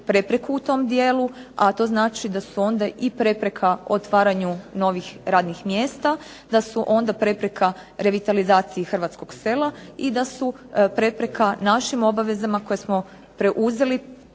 prepreku u tom dijelu. A to znači da su onda i prepreka otvaranju novih radnih mjesta, da su onda prepreka revitalizaciji hrvatskog sela i da su prepreka našim obavezama koje smo preuzeli